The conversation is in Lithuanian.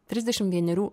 trisdešim vienerių